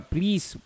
Please